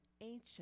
ancient